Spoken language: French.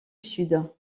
sud